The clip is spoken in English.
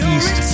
East